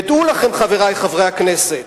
ודעו לכם, חברי חברי הכנסת,